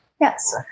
yes